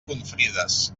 confrides